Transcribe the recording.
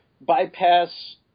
bypass